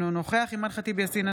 אינו נוכח אימאן ח'טיב יאסין,